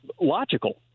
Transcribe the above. logical